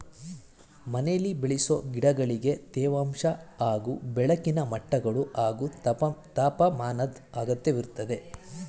ಮನೆಲಿ ಬೆಳೆಸೊ ಗಿಡಗಳಿಗೆ ತೇವಾಂಶ ಹಾಗೂ ಬೆಳಕಿನ ಮಟ್ಟಗಳು ಹಾಗೂ ತಾಪಮಾನದ್ ಅಗತ್ಯವಿರ್ತದೆ